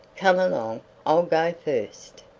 come along. i'll go first.